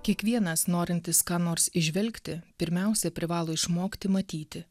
kiekvienas norintis ką nors įžvelgti pirmiausia privalo išmokti matyti